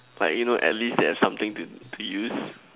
but you know at least there is something to use